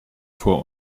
vor